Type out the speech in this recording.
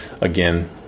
again